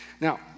Now